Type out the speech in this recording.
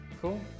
cool